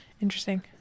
Interesting